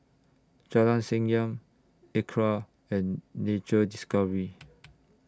Jalan Senyum Acra and Nature Discovery